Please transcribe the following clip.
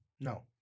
No